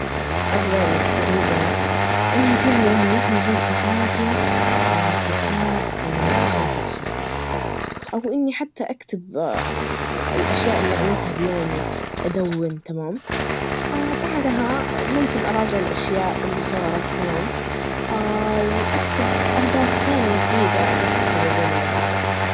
أفضل طريقة أنهي فيها يومي هي جلسة هادية مع كتاب, أو مسلسل خفيف, أو إني حتى أكتب الأشياء اللي عملتها بيومي, أدون, تمام؟ بعدها ممكن أراجع الأشياء اللي صارت, تمام؟ وأكتب أهداف ثانية بسيطة, جديدة لليوم اللي بعده.